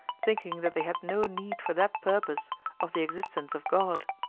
thinking that they had no need for that purpose of the existence of god.